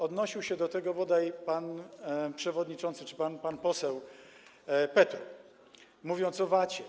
Odnosił się do tego bodaj pan przewodniczący czy pan poseł Petru, mówiąc o VAT.